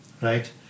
right